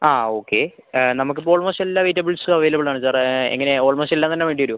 ആ ഓക്കെ നമുക്ക് ഇപ്പം ഓൾമോസ്റ്റ് എല്ലാ വെജിറ്റബിൾസും അവൈലബിൾ ആണ് സാറെ എങ്ങനെ ഓൾമോസ്റ്റ് എല്ലാം തന്നെ വേണ്ടി വരുമോ